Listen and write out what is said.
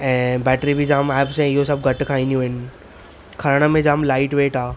ऐं बैटरी बि जाम ऐप्स ऐं इहो सभु घटि खाइंदियूं आहिनि खणणु में जाम लाइट वेट आहे